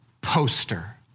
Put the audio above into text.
poster